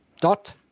dot